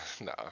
no